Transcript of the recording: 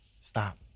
stop